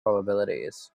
probabilities